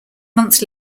months